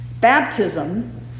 Baptism